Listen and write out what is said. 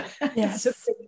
Yes